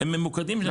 הם ממוקדים.